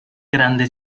grande